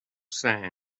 sand